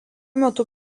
metu